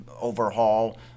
overhaul